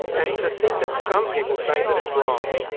and to think that some people say that it's wrong!